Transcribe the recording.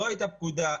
לא הייתה פקודה,